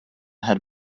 had